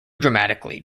dramatically